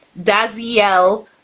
Daziel